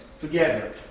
together